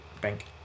Bank